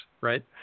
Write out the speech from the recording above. Right